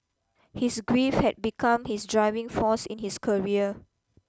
his grief had become his driving force in his career